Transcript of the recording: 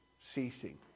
ceasing